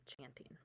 chanting